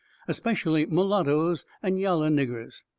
especially mulattoes and yaller niggers.